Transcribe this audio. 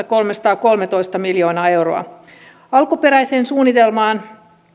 kolmesataakolmetoista miljoonaa euroa muutoksena alkuperäiseen suunnitelmaan